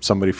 somebody